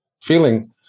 feeling